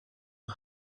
who